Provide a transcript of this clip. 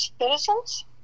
citizens